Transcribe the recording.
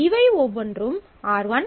இவை ஒவ்வொன்றும் R1 R2